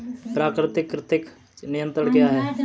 प्राकृतिक कृंतक नियंत्रण क्या है?